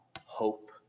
hope